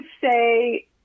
say